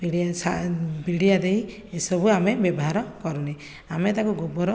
ପିଡ଼ିଆ ପିଡ଼ିଆ ଦେଇ ଏସବୁ ଆମେ ବ୍ୟବହାର କରୁନେ ଆମେ ତାକୁ ଗୋବର